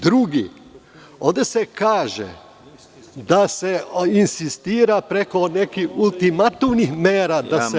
Drugo, ovde se kaže da se insistira preko nekih ultimativnih mera da se…